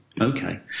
Okay